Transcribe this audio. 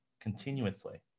continuously